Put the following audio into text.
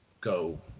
go